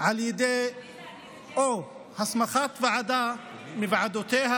או על ידי הסמכת ועדה מוועדותיה